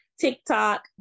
TikTok